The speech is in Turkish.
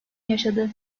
yaşadı